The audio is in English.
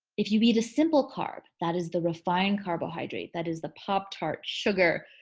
if you eat a simple carb that is the refined carbohydrate that is the pop-tarts, sugar,